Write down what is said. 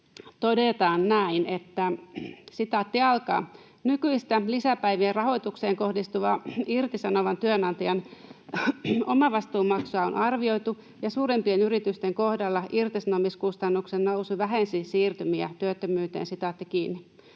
todetaan näin: ”Nykyistä lisäpäivien rahoitukseen kohdistuvaa irtisanovan työnantajan omavastuumaksua on arvioitu, ja suurempien yritysten kohdalla irtisanomiskustannuksen nousu vähensi siirtymiä työttömyyteen.” Nyt hallitus